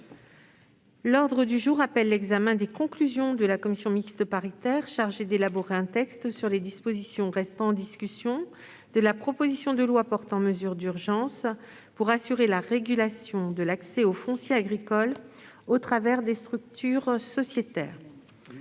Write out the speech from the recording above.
L'ordre du jour appelle l'examen des conclusions de la commission mixte paritaire chargée d'élaborer un texte sur les dispositions restant en discussion de la proposition de loi portant mesures d'urgence pour assurer la régulation de l'accès au foncier agricole au travers de structures sociétaires